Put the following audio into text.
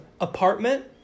apartment